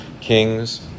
kings